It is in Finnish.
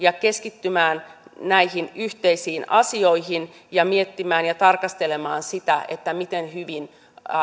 keskittymään näihin yhteisiin asioihin ja miettimään ja tarkastelemaan sitä miten hyvin